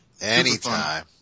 Anytime